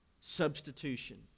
substitution